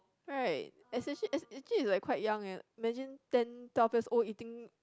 right especially actually it's like quite young eh imagine ten twelve years old eating